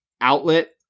outlet